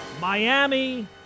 Miami